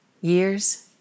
years